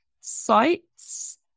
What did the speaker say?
sites